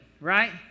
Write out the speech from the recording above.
right